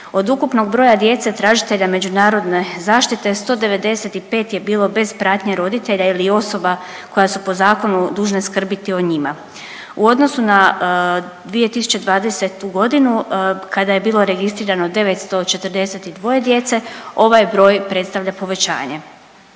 Od ukupnog broja djece tražitelja međunarodne zaštite 195 je bilo bez pratnje roditelja ili osoba koja su po zakonu dužne skrbiti o njima. U odnosu na 2020. godinu kada je bilo registrirano 942 djece ovaj broj predstavlja povećanje.